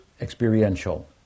experiential